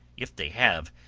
if they have,